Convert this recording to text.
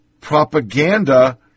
propaganda